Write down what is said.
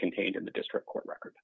contained in the district court record